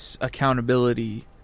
accountability